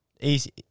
Easy